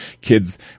kids